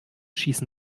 schießen